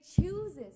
chooses